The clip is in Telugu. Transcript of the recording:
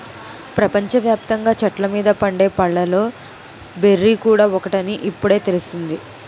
ప్రపంచ వ్యాప్తంగా చెట్ల మీద పండే పళ్ళలో బెర్రీ కూడా ఒకటని ఇప్పుడే తెలిసింది